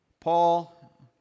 Paul